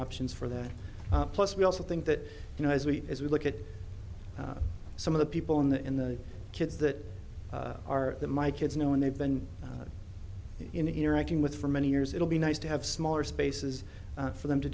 options for that plus we also think that you know as we as we look at some of the people in the in the kids that are my kids now and they've been interacting with for many years it'll be nice to have smaller spaces for them to